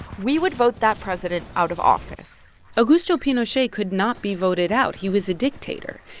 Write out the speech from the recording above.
we would vote that president out of office augusto pinochet could not be voted out. he was a dictator.